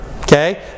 Okay